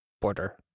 border